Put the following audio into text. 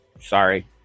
Sorry